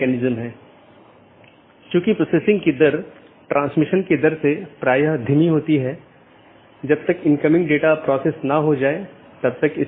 वर्तमान में BGP का लोकप्रिय संस्करण BGP4 है जो कि एक IETF मानक प्रोटोकॉल है